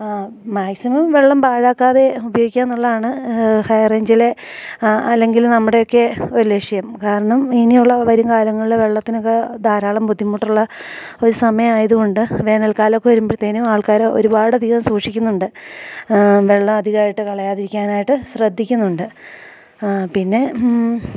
maximum വെള്ളം പാഴാക്കാതെ ഉപയോഗിക്കുക എന്നുള്ളതാണ് ഹൈ റേഞ്ചിലെ അല്ലെങ്കില് നമ്മുടെയൊക്കെ ഒരു ലക്ഷ്യം കാരണം ഇനിയുള്ള വരും കാലങ്ങളില് വെള്ളത്തിനൊക്കെ ധാരാളം ബുദ്ധിമുട്ടുള്ള ഒരു സമയം ആയതുകണ്ട് വേനൽക്കാലമൊക്കെ വരുമ്പഴത്തേനും ആൾക്കാര് ഒരുപാടധികം സൂഷിക്കുന്നുണ്ട് വെള്ളം അധികമായിട്ട് കളയാതിരിക്കാനായിട്ട് ശ്രദ്ധിക്കുന്നുണ്ട് പിന്നെ